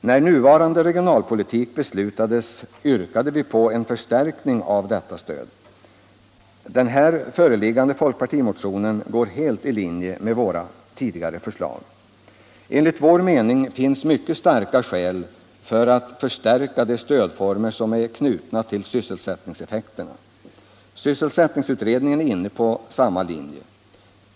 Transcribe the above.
När nuvarande regionalpolitik beslutades yrkade vi på en förstärkning av detta stöd. Den här föreliggande folkpartimotionen går helt i linje med våra tidigare förslag. Enligt vår mening finns mycket starka skäl för att förstärka de stödformer som är knutna till sysselsättningseffek terna. Sysselsättningsutredningen är inne på samma linje.